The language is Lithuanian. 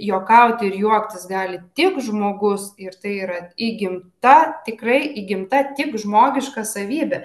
juokauti ir juoktis gali tik žmogus ir tai yra įgimta tikrai įgimta tik žmogiška savybė